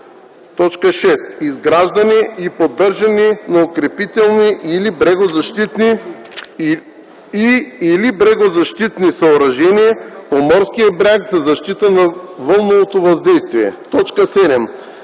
и 8: „6. изграждане и поддържане на укрепителни и/или брегозащитни съоръжения по морския бряг за защита от вълновото въздействие; 7.